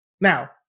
Now